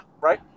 right